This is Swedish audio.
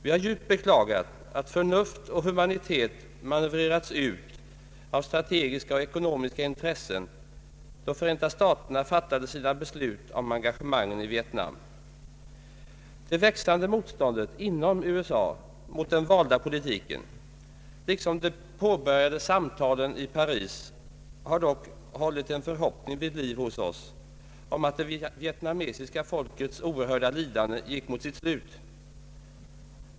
Vi har djupt beklagat att förnuft och humanitet manövrerats ut av strategiska och ekonomiska intressen då Förenta staterna fattade sina beslut om engagemangen i Vietnam. Det växande motståndet inom USA mot den valda politiken, liksom de påbörjade samtalen i Paris, har dock hållit en förhoppning vid liv hos oss om att det vietnamesiska folkets oerhörda lidanden gick mot sitt slut.